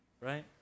right